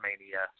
mania